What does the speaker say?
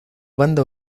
banda